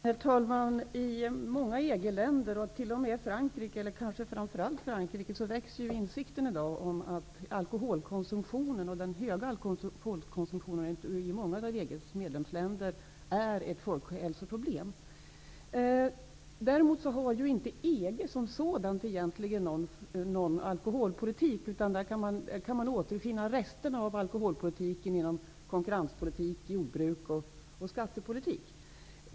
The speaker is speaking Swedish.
Herr talman! I många EG-länder, t.o.m. kanske framför allt i Frankrike, växer i dag insikten om att den höga alkoholkonsumtionen där är ett folkhälsoproblem. Däremot har inte EG som sådant egentligen någon alkoholpolitik. Där kan man i stället återfinna rester av alkoholpolitiken inom konkurrenspolitik, jordbrukspolitik och skattepolitik.